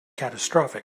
catastrophic